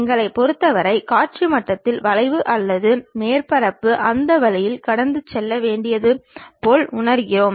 எங்களைப் பொறுத்தவரை காட்சி மட்டத்தில் வளைவு அல்லது மேற்பரப்பு அந்த வழியில் கடந்து செல்ல வேண்டியது போல் உணர்கிறோம்